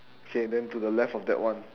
okay then to the left of that one